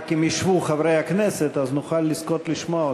רק אם ישבו חברי הכנסת, נוכל לזכות לשמוע אותך.